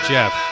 Jeff